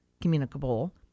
communicable